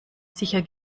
sicher